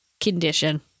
condition